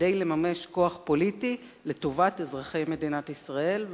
כדי לממש כוח פוליטי לטובת אזרחי מדינת ישראל,